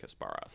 Kasparov